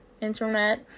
internet